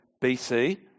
BC